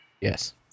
Yes